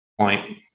point